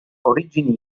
origini